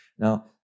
Now